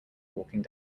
walking